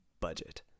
budget